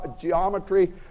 geometry